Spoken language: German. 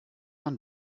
man